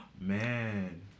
man